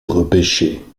repêché